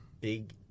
big